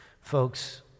Folks